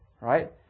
right